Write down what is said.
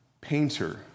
painter